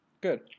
good